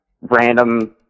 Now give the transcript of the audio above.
random